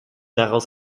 daraus